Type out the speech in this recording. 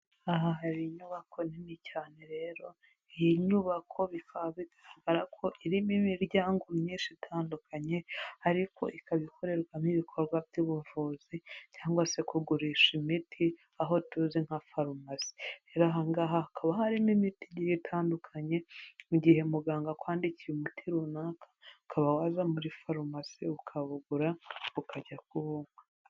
Aha hari inyubako nini cyane rero iyi nyubako bikaba bigaragara ko irimo imiryango myinshi itandukanye ariko ikaba ikorerwamo ibikorwa by'ubuvuzi cyangwa se kugurisha imiti aho tuzi nka farumasi. hakaba harimo imiti igiye itandukanye mu gihe muganga akwandikiye umuti runaka ukaba waza muri farumasi ukawugura ukajya kuwunywa.